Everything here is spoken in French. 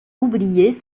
oubliés